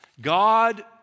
God